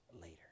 later